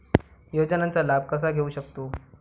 योजनांचा लाभ कसा घेऊ शकतू?